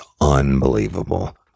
unbelievable